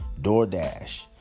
DoorDash